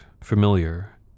familiar